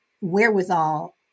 wherewithal